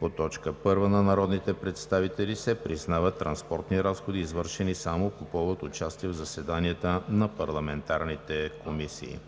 по т. 1 на народните представители се признават транспортни разходи, извършени само по повод участие в заседанията на парламентарните комисии.“